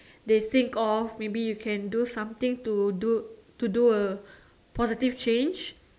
they think of maybe you can do something to do to do a positive change